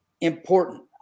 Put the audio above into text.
important